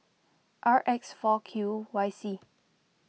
R X four Q Y C